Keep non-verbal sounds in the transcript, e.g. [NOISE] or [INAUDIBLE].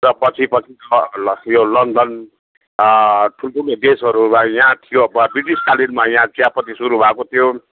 र पछि पछि [UNINTELLIGIBLE] यो लन्डन ठुल्ठुलो देशहरूमा यहाँ थियो ब्रिटिसकालिनमा यहाँ चियापत्ती सुरू भएको थियो